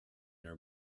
her